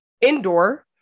indoor